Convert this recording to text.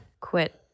quit